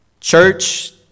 church